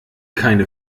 keine